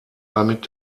damit